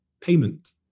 payment